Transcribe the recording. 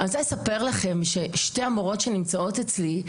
אני רוצה לספר לכם ששתי המורות שנמצאות אצלי,